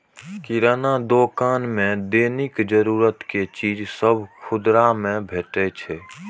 किराना दोकान मे दैनिक जरूरत के चीज सभ खुदरा मे भेटै छै